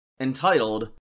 entitled